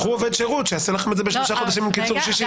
קחו עובד שירות שיעשה לכם את זה בשישה חודשים עם קיצור שישית.